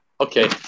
Okay